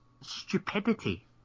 stupidity